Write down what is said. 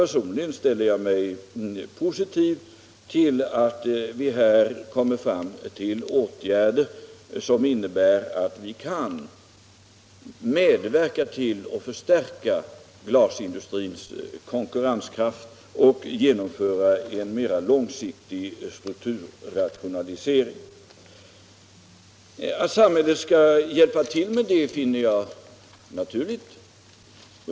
Personligen ställer jag mig positiv till de åtgärder som kan medverka till att förstärka glasindustrins konkurrenskraft och göra det möjligt att genomföra en mera långsiktig strukturrationalisering. Att samhället skall hjälpa till med detta finner jag naturligt.